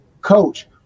coach